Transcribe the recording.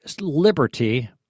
liberty